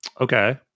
Okay